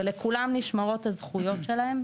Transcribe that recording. ולכולם נשמרות הזכויות שלהם,